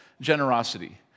generosity